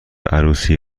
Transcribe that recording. عروسی